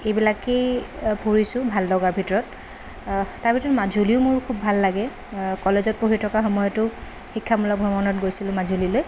এইবিলাকেই ফুৰিছোঁ ভাল লগাৰ ভিতৰত তাৰ ভিতৰত মাজুলীও মোৰ খুব ভাল লাগে কলেজত পঢ়ি থকা সময়তো শিক্ষামূলক ভ্ৰমণত গৈছিলোঁ মাজুলীলৈ